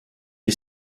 est